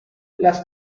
las